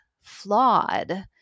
flawed